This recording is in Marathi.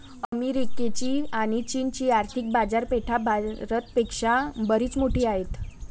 अमेरिकेची आणी चीनची आर्थिक बाजारपेठा भारत पेक्षा बरीच मोठी आहेत